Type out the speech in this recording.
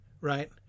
right